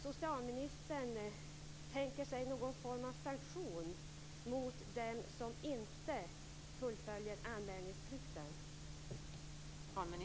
Det är en liten andel.